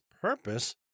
purpose